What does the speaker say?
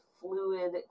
fluid